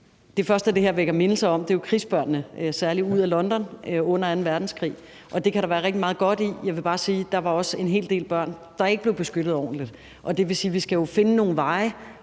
Det første, det her vækker mindelser om, er jo krigsbørnene, særlig fra London, under anden verdenskrig, og der kan være rigtig meget godt i det. Jeg vil bare sige, at der også var en hel del børn, der ikke blev beskyttet ordentligt, og det vil sige, at vi jo skal finde nogle veje,